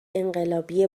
انقلابی